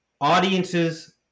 audiences